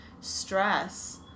stress